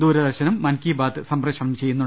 ദൂരദർശനും മൻ കി ബാത് സംപ്രേഷണം ചെയ്യും